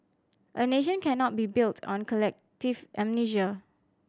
a nation cannot be built on collective amnesia